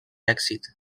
èxit